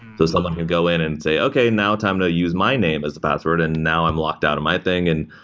someone can go in and say, okay. now, time to use my name as the password and now i'm locked out of my thing. and